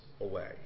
away